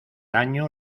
año